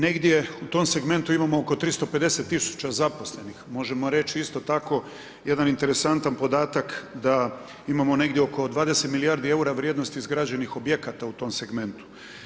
Negdje u tom segmentu imamo oko 350 000 zaposlenih, možemo reći isto tako jedan interesantan podatak da imamo negdje oko 20 milijardi eura vrijednosti izgrađenih objekata u tom segmentu.